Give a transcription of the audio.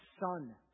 son